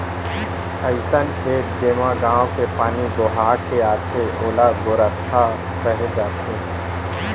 अइसन खेत जेमा गॉंव के पानी बोहा के आथे ओला गोरसहा कहे जाथे